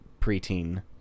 preteen